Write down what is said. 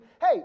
hey